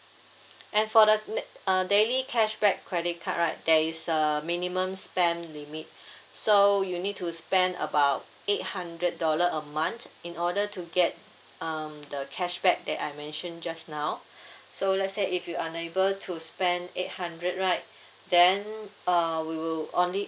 and for the ne~ uh daily cashback credit card right there is a minimum spend limit so you need to spend about eight hundred dollar a month in order to get um the cashback that I mentioned just now so let's say if you're unable to spend eight hundred right then uh we will only